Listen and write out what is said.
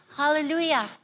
hallelujah